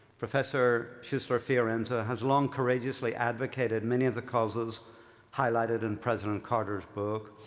professor schussler fiorenza has long courageously advocated many of the causes highlighted in president carter's book.